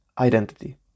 identity